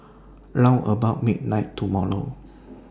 round about midnight tomorrow